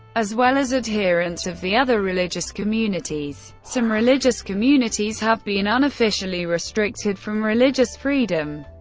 as well as adherents of the other religious communities. some religious communities have been unofficially restricted from religious freedom.